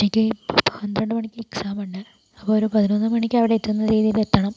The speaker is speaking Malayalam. ഉച്ചയ്ക്ക് പന്ത്രണ്ടു മണിക്ക് എക്സാം ഉണ്ട് അപ്പോൾ നമുക്ക് അപ്പോൾ പതിനൊന്നു മണിക്ക് അവിടെ എത്തുന്ന രീതിയിൽ എത്തണം